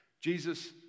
Jesus